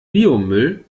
biomüll